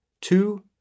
Two